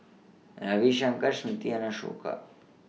Ravi Shankar Smriti and Ashoka